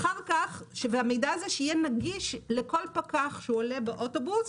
והמידע הזה שיהיה נגיש לכל פקח שעולה באוטובוס,